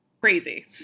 crazy